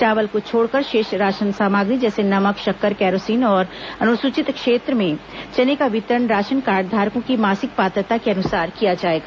चावल को छोड़कर शेष राशन सामग्री जैसे नमक शक्कर केरोसिन और अनुसूचित क्षेत्र में चने का वितरण राशन कार्डधारकों की मासिक पात्रता के अनुसार किया जाएगा